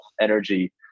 energy